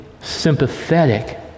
sympathetic